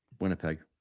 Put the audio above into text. Winnipeg